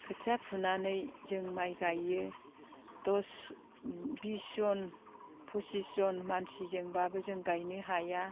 खोथिया फुनानै जों माइ गायो दस बिस जन फसिसजन मानसिजोंबाबो जों गायनो हाया